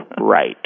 Right